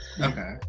Okay